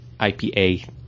IPA